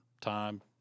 time